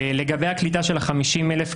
לגבי הקליטה של ה-50,000,